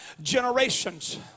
generations